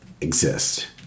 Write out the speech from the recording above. exist